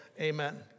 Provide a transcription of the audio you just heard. Amen